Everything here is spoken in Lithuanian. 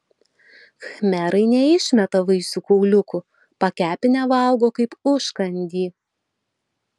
khmerai neišmeta vaisių kauliukų pakepinę valgo kaip užkandį